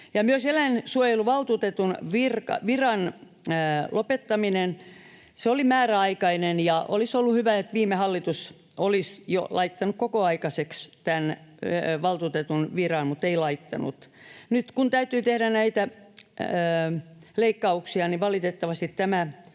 Myös eläinsuojeluvaltuutetun viran lopettaminen: se oli määräaikainen, ja olisi ollut hyvä, että viime hallitus olisi jo laittanut kokoaikaiseksi tämän valtuutetun viran, muttei laittanut. Nyt kun täytyy tehdä näitä leikkauksia, niin valitettavasti tämä